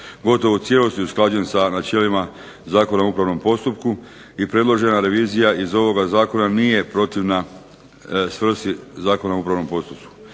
gotovo u cijelosti usklađen sa načelima Zakona o upravnom postupku i predložena revizija iz ovoga zakona nije protivna svrsi Zakona o upravnom postupku.